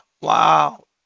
Wow